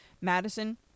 Madison